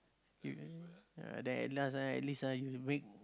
you then ya then at last ah at least ah you will make